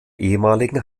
ehemaligen